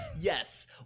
Yes